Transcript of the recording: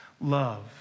love